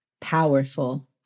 Powerful